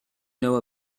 know